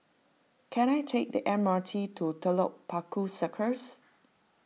can I take the M R T to Telok Paku Circus